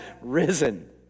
risen